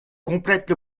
complète